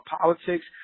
politics